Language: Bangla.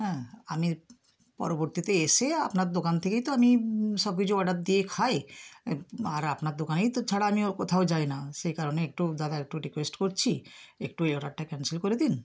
হ্যাঁ আমি পরবর্তীতে এসে আপনার দোকান থেকেই তো আমি সব কিছু অর্ডার দিয়ে খাই আর আপনার দোকানেই তো ছাড়া আমিও কোথাও যাই না সেই কারণে একটু দাদা একটু রিকোয়েস্ট করছি একটু এই অর্ডারটা ক্যান্সেল করে দিন